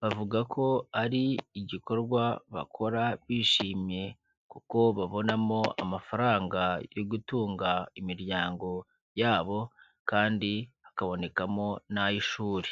bavuga ko ari igikorwa bakora bishimye kuko babonamo amafaranga yo gutunga imiryango yabo kandi hakabonekamo n'ay'ishuri.